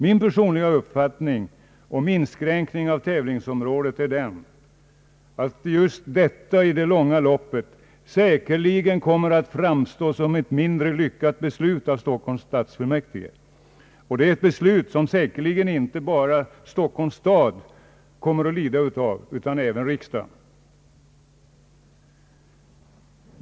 Min personliga uppfattning om inskränkningen av tävlingsområdet är, att just denna i det långa loppet säkerligen kommer ati framstå såsom ett mindre lyckat beslut av Stockholms stadsfullmäktige, ett beslut som säkerligen inte bara Stockholms stad kommer att lida av utan även riksdagen.